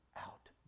out